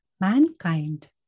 mankind